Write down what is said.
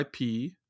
IP